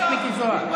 אותם.